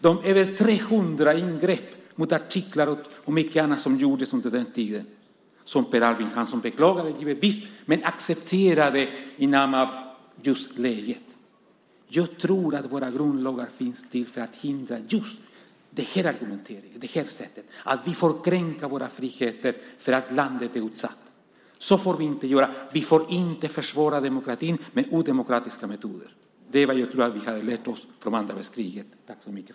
Det var över 300 ingrepp mot artiklar och mycket annat som gjordes under den tiden. Per Albin Hansson beklagade givetvis detta, men accepterade det i namn av just läget. Jag tror att våra grundlagar finns till för att hindra just den här argumenteringen, att vi får kränka våra friheter för att landet är utsatt. Så får vi inte göra. Vi får inte försvara demokratin med odemokratiska metoder. Det är vad jag tror att vi har lärt oss från andra världskriget.